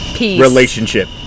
Relationship